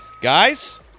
guys